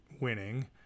winning